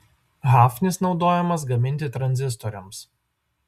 hafnis naudojamas gaminti tranzistoriams